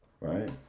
right